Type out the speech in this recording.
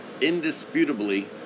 indisputably